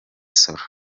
solo